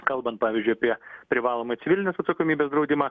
kalbant pavyzdžiui apie privalomą civilinės atsakomybės draudimą